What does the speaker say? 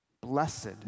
Blessed